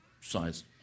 size